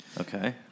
Okay